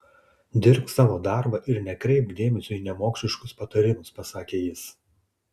dirbk savo darbą ir nekreipk dėmesio į nemokšiškus patarimus pasakė jis